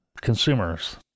Consumers